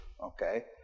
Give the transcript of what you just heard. okay